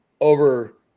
over